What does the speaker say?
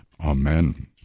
Amen